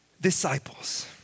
disciples